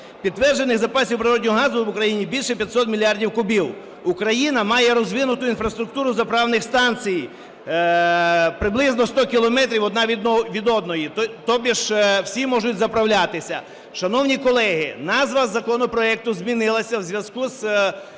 Підтверджених запасів природного газу в Україні більше 500 мільярдів кубів. Україна має розвинуту інфраструктуру заправних станцій, приблизно 100 кілометрів одна від одної, тобіш всі можуть заправлятися. Шановні колеги, назва законопроекту змінилася в зв'язку з